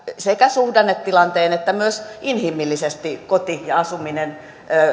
sekä suhdannetilanteen vuoksi että myös inhimillisesti koti ja asuminen